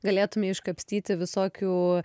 galėtume iškapstyti visokių